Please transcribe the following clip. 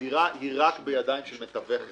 הדירה הוא רק בידיים של מתווך אחד.